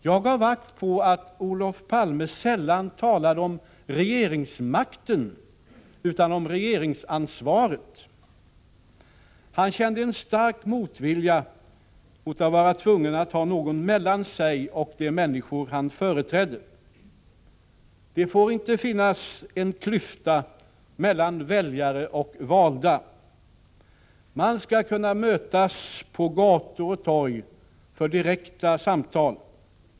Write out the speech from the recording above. Jag gav akt på att Olof Palme sällan talade om regeringsmakten utan om regeringsansvaret. Han kände en stark motvilja mot att vara tvungen att ha någon mellan sig och de människor han företrädde. Det får inte finnas en klyfta mellan väljare och valda. Man skall kunna mötas på gator och torg för direkta samtal.